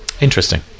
Interesting